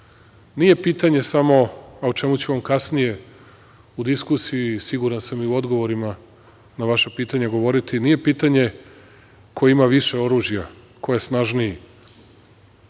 nije pitanje samo o čemu ćemo kasnije u diskusiji, i siguran sam i u odgovorima na vaša pitanja, govoriti. Nije pitanje ko ima više oružja, ko je snažniji,